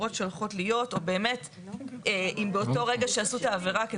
עבירות שהולכות להיות או באמת אם באותו רגע שעשו את העבירה,